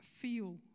feel